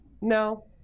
No